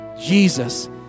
Jesus